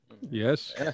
Yes